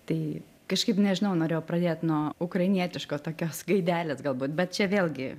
tai kažkaip nežinau norėjau pradėt nuo ukrainietiško tokios gaidelės galbūt bet čia vėlgi